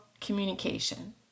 communication